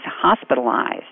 hospitalized